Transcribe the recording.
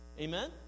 Amen